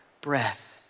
breath